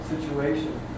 situation